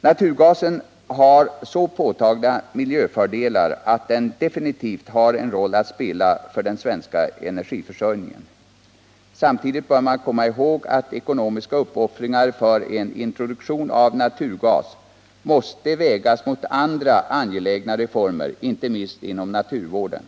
Naturgasen har så påtagliga miljöfördelar att den definitivt har en roll att spela för den svenska energiförsörjningen. Samtidigt bör man komma ihåg att ekonomiska uppoffringar för en introduktion av naturgas måste vägas mot andra angelägna reformer, inte minst inom naturvården.